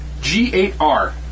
G8R